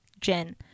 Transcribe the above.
Jen